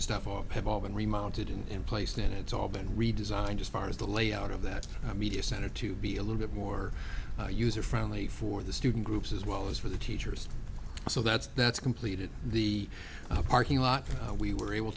and stuff off have all been remounted in place and it's all been redesigned as far as the layout of that media center to be a little bit more user friendly for the student groups as well as for the teachers so that's that's completed the parking lot we were able